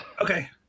Okay